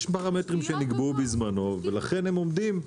יש פרמטרים שנקבעו בזמנו ולכן הם עומדים.